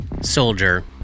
soldier